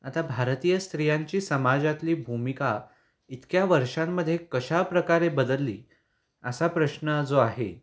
आता भारतीय स्त्रियांची समाजातली भूमिका इतक्या वर्षांमध्ये कशाप्रकारे बदलली असा प्रश्न जो आहे